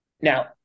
Now